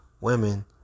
women